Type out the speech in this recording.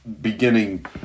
beginning